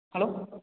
hello